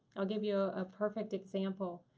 i'll give you a ah perfect example.